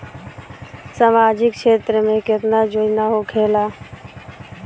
सामाजिक क्षेत्र में केतना योजना होखेला?